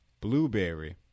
Blueberry